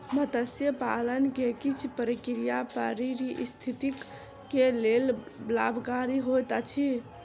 मत्स्य पालन के किछ प्रक्रिया पारिस्थितिकी के लेल लाभकारी होइत अछि